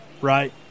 right